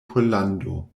pollando